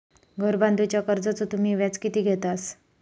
घर बांधूच्या कर्जाचो तुम्ही व्याज किती घेतास?